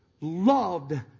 loved